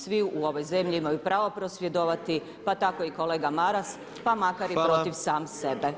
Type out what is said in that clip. Svi u ovoj zemlji imaju pravo prosvjedovati, pa tako i kolega Maras, pa makar i protiv samog sebe.